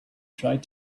tried